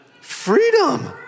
Freedom